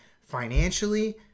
financially